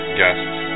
guests